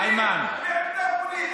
בעמדה פוליטית,